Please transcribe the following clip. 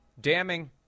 damning